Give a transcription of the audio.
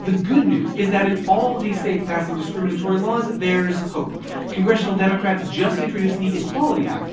the good news is that in all of these states passing discriminatory laws, there's hope congressional democrats just introduced the equality act,